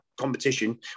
competition